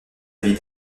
vie